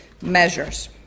measures